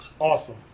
awesome